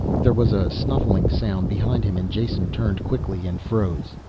there was a snuffling sound behind him and jason turned quickly and froze.